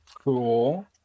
cool